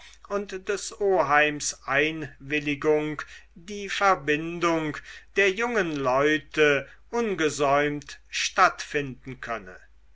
und des oheims einwilligung die verbindung der jungen leute ungesäumt stattfinden könne